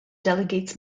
delegates